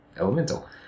elemental